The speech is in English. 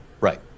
Right